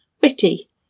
witty